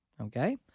Okay